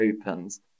opens